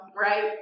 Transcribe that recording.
right